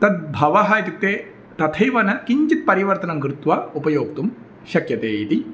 तद्भवः इत्युक्ते तथैव न किञ्चित् परिवर्तनं कृत्वा उपयोक्तुं शक्यते इति